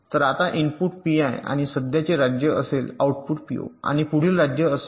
तर आता input PI आणि सध्याचे राज्य असेल आउटपुट पीओ आणि पुढील राज्य असेल